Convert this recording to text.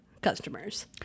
customers